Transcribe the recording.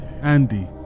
Andy